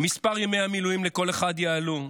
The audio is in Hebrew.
מספר ימי המילואים לכל אחד יעלה.